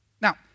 Now